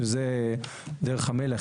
שזה דרך המלך.